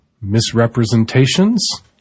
misrepresentations